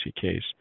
case